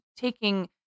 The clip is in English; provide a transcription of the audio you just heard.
taking